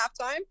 halftime